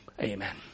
Amen